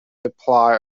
apply